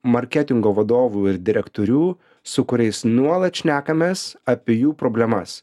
marketingo vadovų ir direktorių su kuriais nuolat šnekamės apie jų problemas